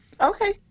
Okay